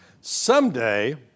Someday